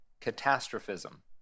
catastrophism